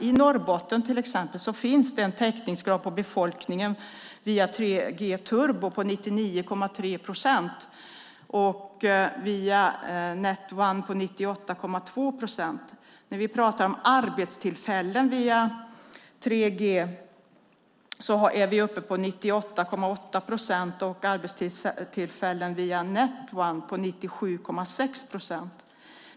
I Norrbotten har man en täckningsgrad via turbo 3G på 99,3 procent av befolkningen, via Net 1 på 98,2 procent. När det gäller arbetstillfällen via 3G är vi uppe på 98,8 procent, och arbetstillfällen via Net 1 ligger på 97,6 procent.